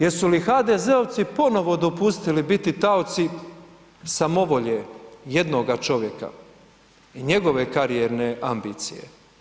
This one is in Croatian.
Jesu li HDZ-ovci ponovno dopustili biti taoci samovolje jednoga čovjeka i njegove karijerne ambicije?